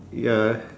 ya